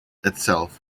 itself